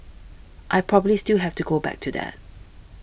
I probably still have to go back to that